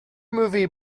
movie